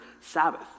Sabbath